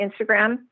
Instagram